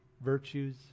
virtues